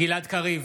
גלעד קריב,